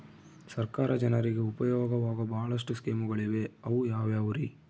ಸರ್ಕಾರ ಜನರಿಗೆ ಉಪಯೋಗವಾಗೋ ಬಹಳಷ್ಟು ಸ್ಕೇಮುಗಳಿವೆ ಅವು ಯಾವ್ಯಾವ್ರಿ?